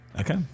okay